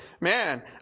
Man